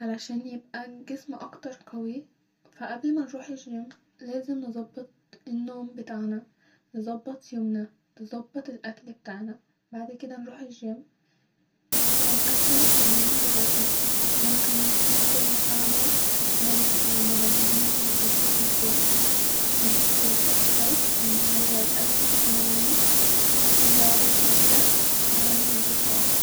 عشان يبقي الجسم اكتر قوي-فا قبل ما نروح الجيم-لازم نظبط النوم بتاعنا-نظبط يومنا-نظبط الاكل بتاعنا-بعد كده نروح الجيم-فا نقسم التمارين بتاعتنا-ممكن-ناخد مساعده من المدربين الي بيبقو في الجيم-هنستفاد اكتر ان هو يقسم تمارينو-ويعرف يبدء يعمل جسم اقوي